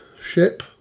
ship